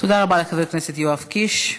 תודה רבה לחבר הכנסת יואב קיש.